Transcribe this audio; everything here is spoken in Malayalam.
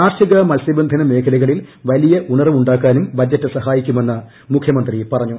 കാർഷിക മത്സ്യബന്ധന മേഖലകളിൽ വലിയ ഉണർവുണ്ടാക്കാനും ബജറ്റ് സഹായിക്കുമെന്ന് മുഖ്യമന്ത്രി പറഞ്ഞു